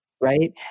Right